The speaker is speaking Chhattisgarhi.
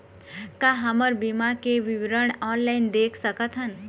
का हमर बीमा के विवरण ऑनलाइन देख सकथन?